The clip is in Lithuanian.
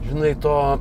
žinai to